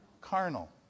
Carnal